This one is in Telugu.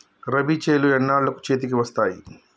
రబీ చేలు ఎన్నాళ్ళకు చేతికి వస్తాయి?